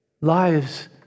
lives